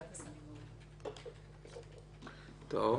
--- טוב.